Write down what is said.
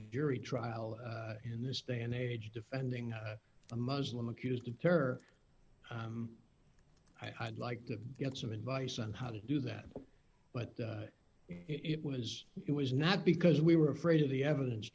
jury trial in this day and age defending a muslim accused of her i'd like to get some advice on how to do that but it was it was not because we were afraid of the evidence